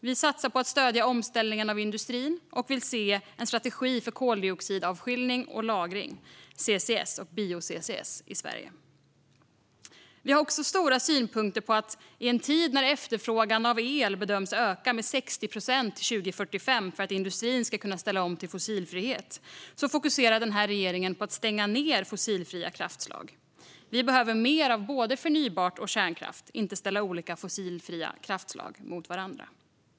Vi satsar på att stödja omställningen av industrin och vill se en strategi för koldioxidavskiljning och lagring, CCS och bio-CCS, i Sverige. Vi har också starka synpunkter på att regeringen i en tid när efterfrågan på el bedöms öka med 60 procent till 2045 för att industrin ska kunna ställa om till fossilfrihet fokuserar på att stänga ned fossilfria kraftslag. Vi behöver mer av både förnybart och kärnkraft; vi behöver inte ställa olika fossilfria kraftslag mot varandra.